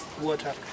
water